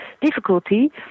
difficulty